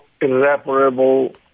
irreparable